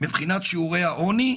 מבחינת שיעורי העוני,